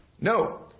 No